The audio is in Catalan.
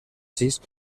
sis